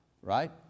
right